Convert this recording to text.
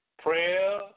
Prayer